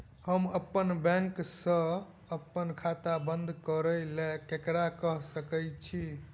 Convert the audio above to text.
हम अप्पन बैंक सऽ अप्पन खाता बंद करै ला ककरा केह सकाई छी?